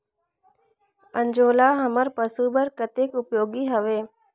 अंजोला हमर पशु बर कतेक उपयोगी हवे?